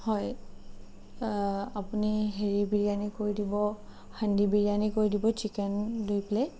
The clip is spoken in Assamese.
হয় আপুনি হেৰি বিৰিয়ানী কৰি দিব হান্দি বিৰিয়ানী কৰি দিব চিকেন দুই প্লেট